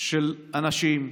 של אנשים,